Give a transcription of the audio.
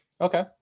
Okay